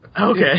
Okay